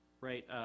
right